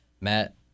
matt